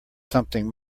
something